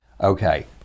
okay